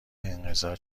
انقضا